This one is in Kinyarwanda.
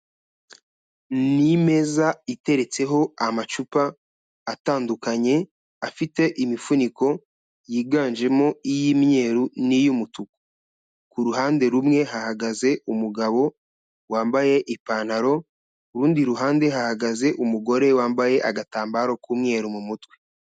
Ni imeza iteretseho amacupa atandukanye afite imifuniko yiganjemo iy'imyeru n'iy'umutuku, ku ruhande rumwe hahagaze umugabo wambaye ipantaro, ku rundi ruhande hahagaze umugore wambaye agatambaro k'umweru mu mutwe.